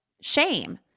shame